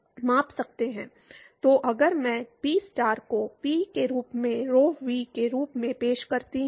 तो अगर मैं पी स्टार को पी के रूप में rho v वर्ग के रूप में पेश करता हूं